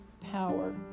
power